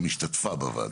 גם השתתפה בוועדות.